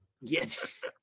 Yes